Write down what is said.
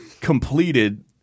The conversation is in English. completed